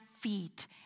feet